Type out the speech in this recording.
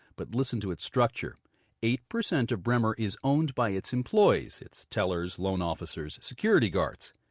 but listen to its structure eight percent of bremer is owned by its employees its tellers, loan officers, security guards.